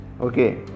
okay